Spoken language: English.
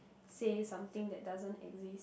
say something that doesn't exist